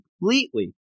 completely